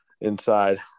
inside